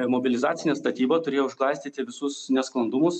mobilizacinė statyba turėjo užglaistyti visus nesklandumus